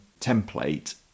template